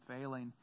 failing